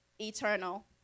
eternal